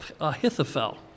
Ahithophel